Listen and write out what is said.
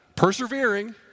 Persevering